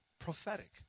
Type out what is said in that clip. prophetic